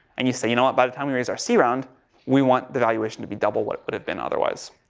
and you say, you know what, by the time we raise our c round we want the evaluation to be double what it would have been otherwise.